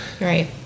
Right